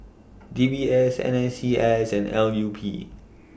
D B S N S C S and L U P